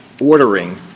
ordering